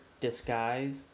disguise